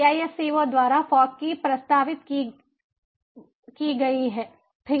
CISCO द्वारा fog की प्रस्तावित की गई थी